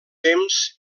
temps